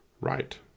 Right